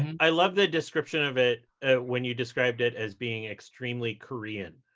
i love the description of it when you described it as being extremely korean.